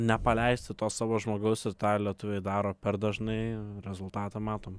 nepaleisti to savo žmogaus ir tą lietuviai daro per dažnai rezultatą matom